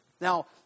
Now